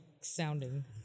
sounding